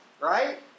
right